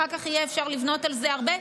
אחר כך יהיה אפשר לבנות על זה הרבה,